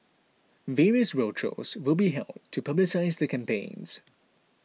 various roadshows will be held to publicise the campaign